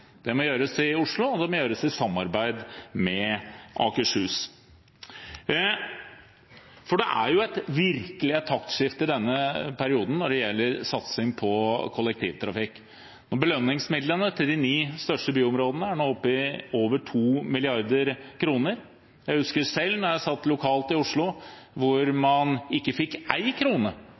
Det må gjøres i Oslo, og det må gjøres i samarbeid med Akershus. Det er virkelig et taktskifte når det gjelder satsing på kollektivtrafikk i denne perioden. Belønningsmidlene til de ni største byområdene er nå oppe i over 2 mrd. kr. Jeg husker selv at da jeg satt lokalt i Oslo, fikk vi ikke én krone